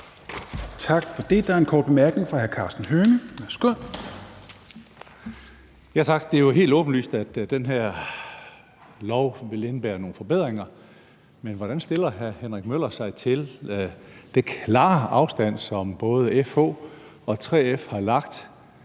Tak for det. Der er en kort bemærkning fra hr. Karsten Hønge. Værsgo. Kl. 16:34 Karsten Hønge (SF): Tak. Det er jo helt åbenlyst, at det her lovforslag vil indebære nogle forbedringer, men hvordan stiller hr. Henrik Møller sig til den klare afstand, som både FH og 3F har lagt